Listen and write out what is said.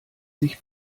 sich